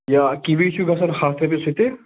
یا کِوی چھُ گژھان ہَتھ رۄپیہِ سُہ تہِ